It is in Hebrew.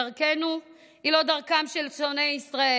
דרכנו היא לא דרכם של שונאי ישראל,